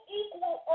equal